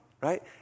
right